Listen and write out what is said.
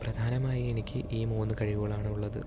പ്രധാനമായി എനിക്ക് ഈ മൂന്ന് കഴിവുകളാണ് ഉള്ളത്